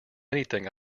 anything